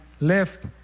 left